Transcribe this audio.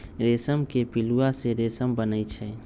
रेशम के पिलुआ से रेशम बनै छै